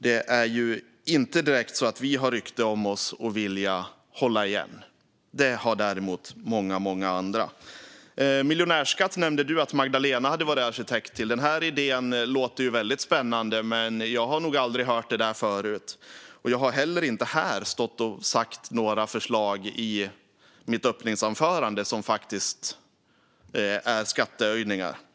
Vi har inte direkt rykte om oss att vilja hålla igen, men det har däremot många andra. Du nämnde att Magdalena hade varit arkitekt till en miljonärsskatt. Det låter som en spännande idé, men jag har aldrig hört det förut. Jag sa inte heller något i mitt inledningsanförande om skattehöjningar.